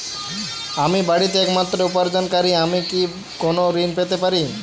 আমি বাড়িতে একমাত্র উপার্জনকারী আমি কি কোনো ঋণ পেতে পারি?